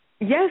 Yes